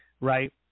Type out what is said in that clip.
right